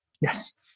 Yes